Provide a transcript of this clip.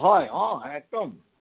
হয় অঁ একদম